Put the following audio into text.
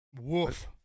woof